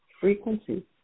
frequency